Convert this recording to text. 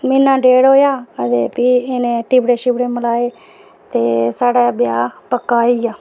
ते म्हीना डेढ़ होएआ ते भी इ'नें टिपड़े मिलाये ते साढ़ा ब्याह् पक्का होई गेआ